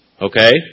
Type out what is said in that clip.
okay